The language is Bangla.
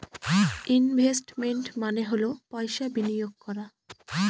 ইনভেস্টমেন্ট মানে হল পয়সা বিনিয়োগ করা